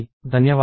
ధన్యవాదాలు